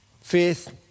Faith